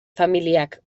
familiak